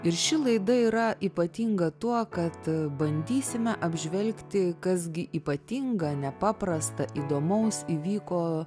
ir ši laida yra ypatinga tuo kad bandysime apžvelgti kas gi ypatinga nepaprasta įdomaus įvyko